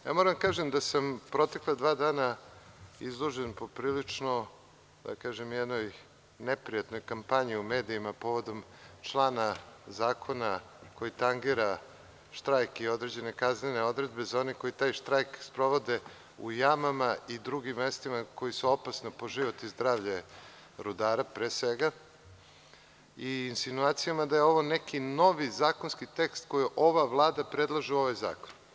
Moram da kažem da sam protekla dva dana izložen jednoj poprilično neprijatnoj kampanji u medijima povodom člana zakona koji tangira štrajk i određene kaznene odredbe za one koji taj štrajk sprovode u jamama i drugim mestima koja su opasna po život i zdravlje rudara i insinuacijama da je ovo neki novi zakonski tekst koji ova Vlada predlaže u ovom zakonu.